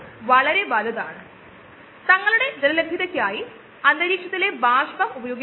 പ്രത്യേകിച്ചും നമ്മൾ ചിലതരം മൈക്രോഓർഗാനിസത്തിനെ ബയോറി യാക്ടറിൽ ഉപയോഗിക്കുന്നു